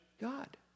God